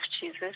Jesus